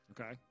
Okay